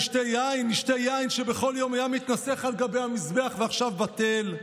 נשתה יין שבכל יום היה מתנסך על גבי המזבח ועכשיו בטל?